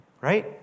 right